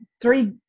three